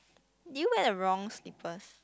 do you wear a wrong slippers